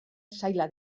zaila